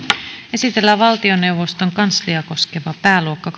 esitellään valtioneuvoston kansliaa koskeva pääluokka